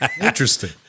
Interesting